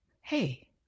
Hey